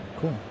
Cool